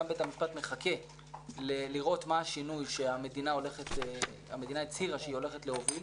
גם בית המשפט מחכה לראות מה השינוי שהמדינה הצהירה שהיא הולכת להוביל.